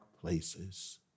places